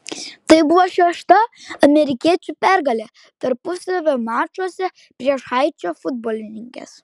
tai buvo šešta amerikiečių pergalė tarpusavio mačuose prieš haičio futbolininkes